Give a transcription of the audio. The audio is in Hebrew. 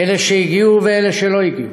אלה שהגיעו ואלה שלא הגיעו.